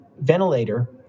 ventilator